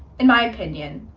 in my opinion,